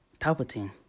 Palpatine